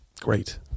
great